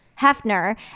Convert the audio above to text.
Hefner